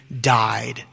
died